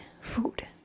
food